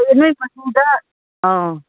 ꯅꯣꯏ ꯃꯆꯨꯗ ꯑꯧ